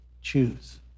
Choose